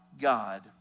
God